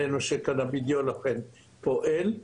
הראינו שקנאבידיול אכן פועל,